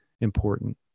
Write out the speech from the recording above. important